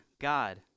God